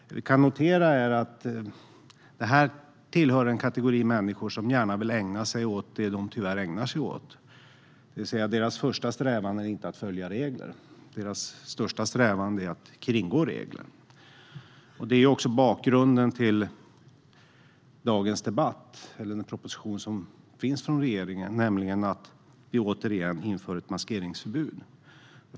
Vi kan notera att det här är en kategori människor som gärna vill ägna sig åt det som de tyvärr ägnar sig åt, det vill säga att deras första strävan inte är att följa utan kringgå regler. Det är också bakgrunden till dagens debatt och regeringens proposition om att återigen införa ett maskeringsförbud.